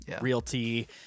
realty